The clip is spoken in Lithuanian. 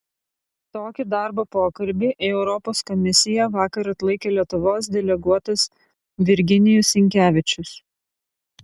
tokį darbo pokalbį į europos komisiją vakar atlaikė lietuvos deleguotas virginijus sinkevičius